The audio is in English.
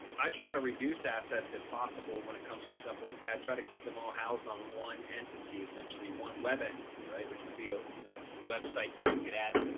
i try to reduce assets, if possible, when it comes to stuff like that, try to keep them all housed on one entity, essentially one web entity, right, which would be, ah you know, a website that you could add, ah